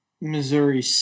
Missouri